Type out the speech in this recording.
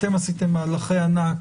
אתם עשיתם מהלכי ענק,